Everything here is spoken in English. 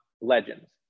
legends